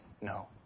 No